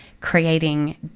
creating